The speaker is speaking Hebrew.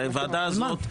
הרי הוועדה הזאת,